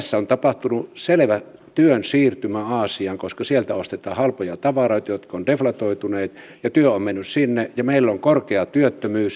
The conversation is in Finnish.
tässä on tapahtunut selvä työn siirtymä aasiaan koska sieltä ostetaan halpoja tavaroita jotka ovat deflatoituneet ja työ on mennyt sinne ja meillä on korkea työttömyys